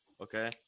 Okay